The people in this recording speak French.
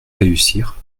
réussir